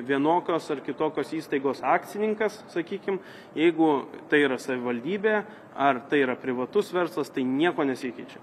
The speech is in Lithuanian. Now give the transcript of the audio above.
vienokios ar kitokios įstaigos akcininkas sakykim jeigu tai yra savivaldybė ar tai yra privatus verslas tai nieko nesikeičia